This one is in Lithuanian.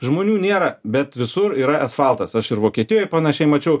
žmonių nėra bet visur yra asfaltas aš ir vokietijoj panašiai mačiau